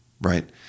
right